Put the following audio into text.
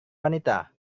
wanita